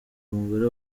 mugore